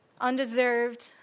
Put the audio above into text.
undeserved